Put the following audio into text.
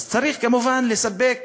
צריך כמובן לספק